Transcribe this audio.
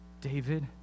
David